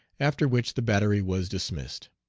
after which the battery was dismissed.